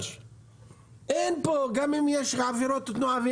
גם אם יש עבירות תנועה.